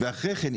ואחרי כן,